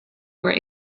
were